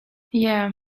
yeah